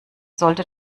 sollte